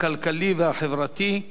הכלכלי והחברתי,